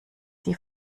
die